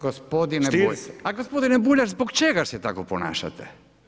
Gospodine Bulj, a gospodine Bulj zbog čega se tako ponašate?